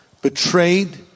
betrayed